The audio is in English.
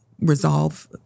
resolve